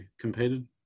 competed